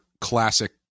classic